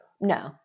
No